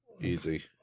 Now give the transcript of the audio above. Easy